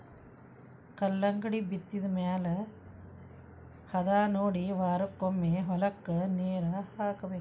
ಕಲ್ಲಂಗಡಿ ಬಿತ್ತಿದ ಮ್ಯಾಲ ಹದಾನೊಡಿ ವಾರಕ್ಕೊಮ್ಮೆ ಹೊಲಕ್ಕೆ ನೇರ ಹಾಸಬೇಕ